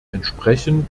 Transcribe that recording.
entsprechend